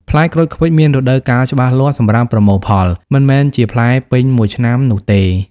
ផ្លែក្រូចឃ្វិចមានរដូវកាលច្បាស់លាស់សម្រាប់ប្រមូលផល មិនមែនមានផ្លែពេញមួយឆ្នាំនោះទេ។